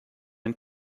and